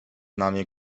nami